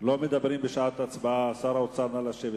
נא לשבת.